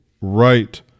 right